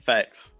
Facts